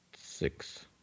six